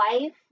life